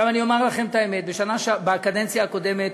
אני אומר לכם את האמת: בקדנציה הקודמת